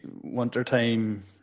wintertime